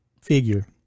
figure